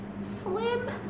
slim